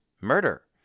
murder